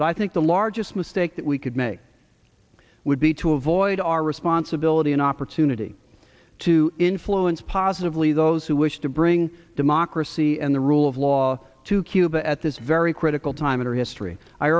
but i think the largest mistake that we could make would be to avoid our responsibility an opportunity to influence positively those who wish to bring democracy and the rule of law to cuba at this very critical time in our history i